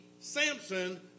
Samson